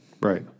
Right